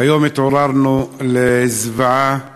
היום התעוררנו לזוועה בירושלים,